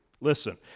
Listen